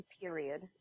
period